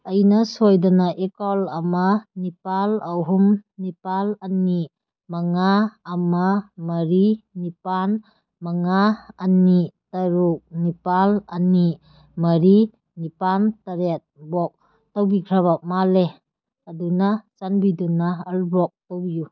ꯑꯩꯅ ꯁꯣꯏꯗꯅ ꯑꯦꯀꯥꯎꯜ ꯑꯃ ꯅꯤꯄꯥꯜ ꯑꯍꯨꯝ ꯅꯤꯄꯥꯜ ꯑꯅꯤ ꯃꯉꯥ ꯑꯃ ꯃꯔꯤ ꯅꯤꯄꯥꯜ ꯃꯉꯥ ꯑꯅꯤ ꯇꯔꯨꯛ ꯅꯤꯄꯥꯜ ꯑꯅꯤ ꯃꯔꯤ ꯅꯤꯄꯥꯜ ꯇꯔꯦꯠ ꯕ꯭ꯂꯣꯛ ꯇꯧꯕꯤꯈ꯭ꯔꯕ ꯃꯥꯜꯂꯦ ꯑꯗꯨꯅ ꯆꯥꯟꯕꯤꯗꯨꯅ ꯑꯜꯕ꯭ꯂꯣꯛ ꯇꯧꯕꯤꯌꯨ